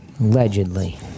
Allegedly